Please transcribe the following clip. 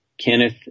Kenneth